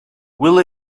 will